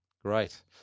great